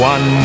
One